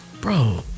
bro